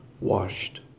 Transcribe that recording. washed